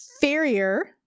Farrier